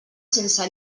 sense